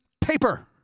paper